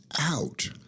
out